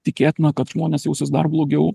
tikėtina kad žmonės jausis dar blogiau